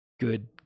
good